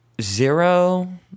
zero